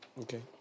Okay